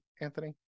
Anthony